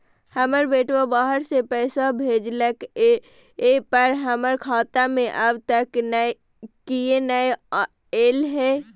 हमर बेटा बाहर से पैसा भेजलक एय पर हमरा खाता में अब तक किये नाय ऐल है?